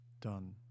done